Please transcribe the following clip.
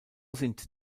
sind